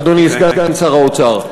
אדוני סגן שר האוצר.